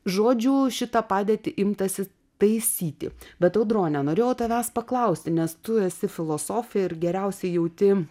žodžiu šitą padėtį imtasi taisyti bet audrone norėjau tavęs paklausti nes tu esi filosofė ir geriausiai jauti